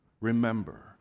remember